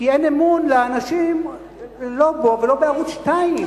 כי אין אמון לאנשים לא בו ולא בערוץ-2.